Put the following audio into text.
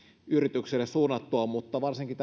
yrityksille suunnattua mutta varsinkin